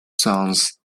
songs